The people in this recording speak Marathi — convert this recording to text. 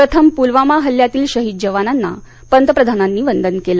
प्रथम पुलवामा हल्ल्यातील शहीद जवानांना पंतप्रधानांनी वंदन केलं